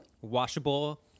washable